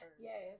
Yes